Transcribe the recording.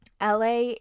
LA